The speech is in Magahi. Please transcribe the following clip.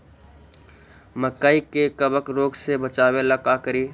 मकई के कबक रोग से बचाबे ला का करि?